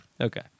Okay